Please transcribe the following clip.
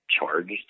charged